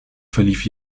verlief